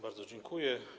Bardzo dziękuję.